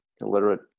illiterate